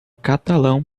catalão